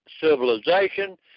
Civilization